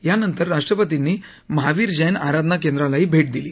यानंतर राष्ट्रपतींनी महावीर जैन आराधना केंद्रालाही भेट दिली